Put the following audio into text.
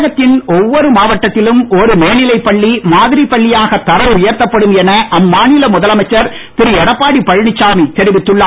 தமிழகத்தில் ஒவ்வொரு மாவட்டத்திலும் ஒரு மேல்நிலைப் பள்ளி மாதிரி பள்ளியாக தரம் உயர்த்தப்படும் என அம்மாநில முதலமைச்சர் இருஎடப்பாடி பழனிசாமி தெரிவித்துள்ளார்